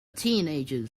teenagers